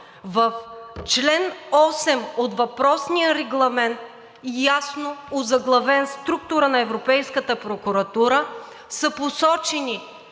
В чл. 8 от въпросния регламент, ясно озаглавен „Структура на Европейската прокуратура“,